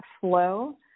flow